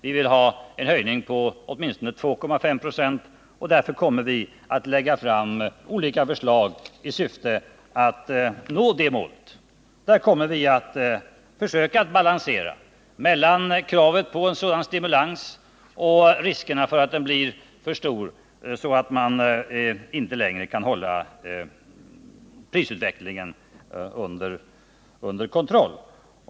Vi vill ha en höjning på åtminstone 2,5 26, och därför kommer vi att lägga fram olika förslag i syfte att nå det målet. Där kommer vi att försöka balansera mellan kraven på en sådan stimulans och riskerna för att stimulansen blir för stor så att man inte längre kan hålla prisutvecklingen under kontroll.